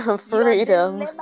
freedom